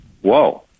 Whoa